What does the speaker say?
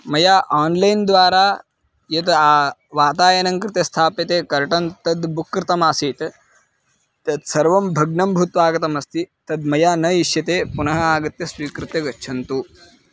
मया आन्लैन्द्वारा यद् वातायनं कृते स्थाप्यते कर्टन् तद् बुक् कृतमासीत् तत्सर्वं भग्नं भूत्वा आगतमस्ति तद् मया न इष्यते पुनः आगत्य स्वीकृत्य गच्छन्तु